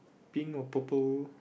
pink or purple